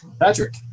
Patrick